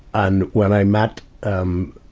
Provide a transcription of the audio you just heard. and, when i met, um,